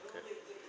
okay